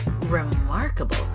remarkable